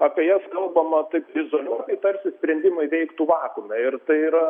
apie jas kalbama taip izoliuotai tarsi sprendimai veiktų vakuume ir tai yra